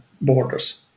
borders